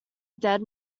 dead